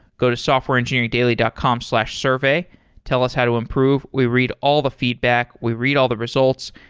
go to softwareengineeringdaily dot com slash survey. tell us how to improve. we read all the feedback. we read all the results.